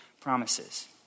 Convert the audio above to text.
promises